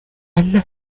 elles